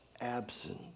absent